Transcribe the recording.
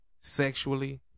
sexually